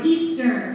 Easter